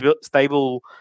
stable